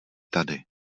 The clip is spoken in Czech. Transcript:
tady